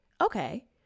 okay